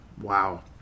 Wow